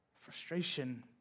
Frustration